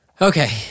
Okay